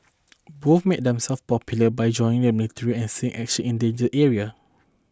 both made themselves popular by joining the military and seeing action in danger area